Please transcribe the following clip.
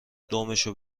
دمبشو